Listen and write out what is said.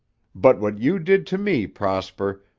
but what you did to me, prosper,